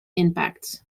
impacts